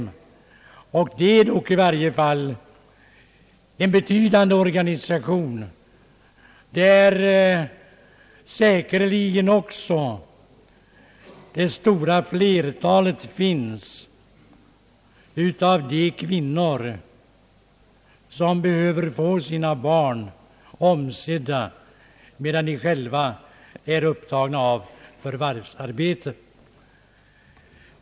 Det är dock en betydande organisation, där säkerligen också det stora flertalet av de kvinnor finns, som behöver få sina barn omhändertagna medan de själva är upptagna av förvärvsarbete.